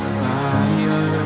fire